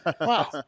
wow